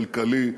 כלכלי,